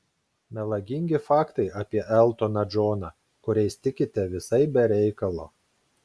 melagingi faktai apie eltoną džoną kuriais tikite visai be reikalo